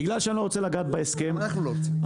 בגלל שאני לא רוצה לגעת בהסכם --- גם אנחנו לא רוצים.